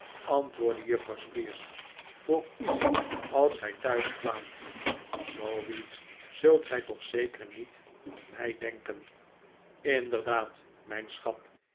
antwoordde juffrouw squeers voor u als gij thuis kwaamt zooiets zult gij toch zeker niet van mij denken inderdaad mijn schat